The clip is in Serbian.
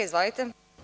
Izvolite.